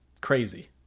crazy